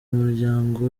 muryango